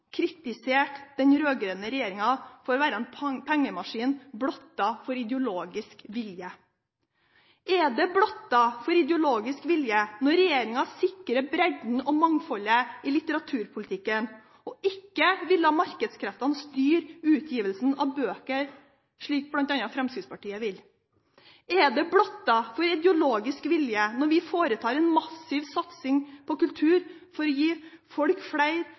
kritisert den rød-grønne regjeringen for å være en pengemaskin blottet for ideologisk vilje. Er det å være blottet for ideologisk vilje når regjeringen sikrer bredden og mangfoldet i litteraturpolitikken og ikke vil la markedskreftene styre utgivelsen av bøker, slik bl.a. Fremskrittspartiet vil? Er det å være blottet for ideologisk vilje når vi foretar en massiv satsing på kultur for å gi folk